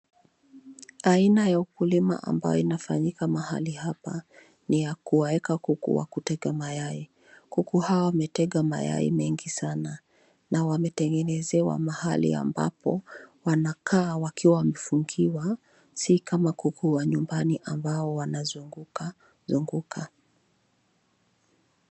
Aina ya ukulima ambayo inafanyika mahali hapa, ni ya kuwaeka kuku wa kutaga mayai. Kuku hawa wametega mayai mengi sana, na wametengenezewa mahali ambapo wanakaa wakiwa wamefungiwa si kama kuku wa nyumbani ambao wanazunguka zunguka.